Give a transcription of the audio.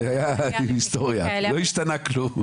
לא השתנה כלום.